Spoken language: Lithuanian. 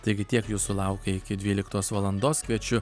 taigi tiek jūsų laukia iki dvyliktos valandos kviečiu